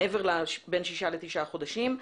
מעבר לשישה עד תשעה חודשים.